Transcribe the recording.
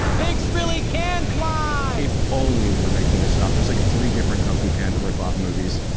pigs really can fly! if only we were making this up. there's like three different kung fu panda ripoff movies.